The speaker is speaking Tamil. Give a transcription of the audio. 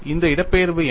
இந்த இடப்பெயர்வு என்ன